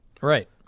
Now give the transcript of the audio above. Right